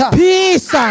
peace